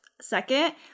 second